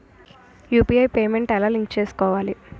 UPI payment ఎలా link చేసుకోవాలి?